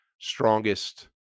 strongest